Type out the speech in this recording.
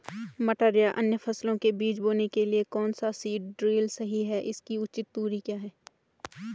मटर या अन्य फसलों के बीज बोने के लिए कौन सा सीड ड्रील सही है इसकी उचित दूरी क्या है?